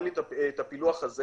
אין לי את הפילוח הזה,